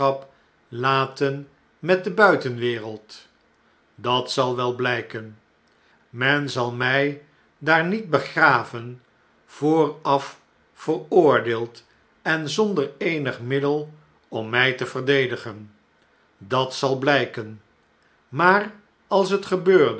laten met de buitenwereld dat zal wel blgken men zal mij daar niet begraven vooraf veroordeeld en zonder eenig middel om mg te verdedigen dat zal blijken maar als dat gebeurde